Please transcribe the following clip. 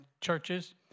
churches